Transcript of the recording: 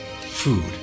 Food